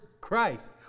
Christ